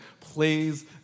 plays